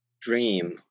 dream